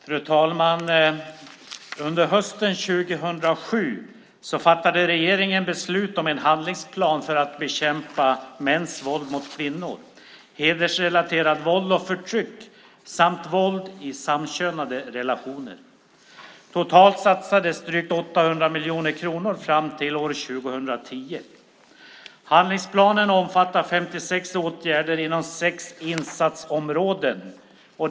Fru talman! Under hösten 2007 fattade regeringen beslut om en handlingsplan för att bekämpa mäns våld mot kvinnor, hedersrelaterat våld och förtryck samt våld i samkönade relationer. Totalt satsas drygt 800 miljoner kronor fram till år 2010. Handlingsplanen omfattar 56 åtgärder inom sex insatsområden.